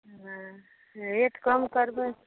हँ रेट कम करबै